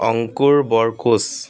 Ankur Borkoch